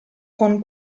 con